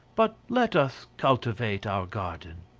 but let us cultivate our garden.